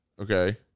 Okay